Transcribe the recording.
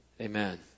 Amen